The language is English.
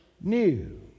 new